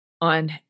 on